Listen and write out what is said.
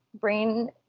Brain